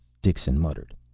dixon muttered.